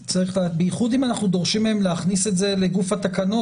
בייחוד אם אנחנו דורשים מהם להכניס את זה לגוף התקנות,